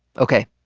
ok,